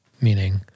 meaning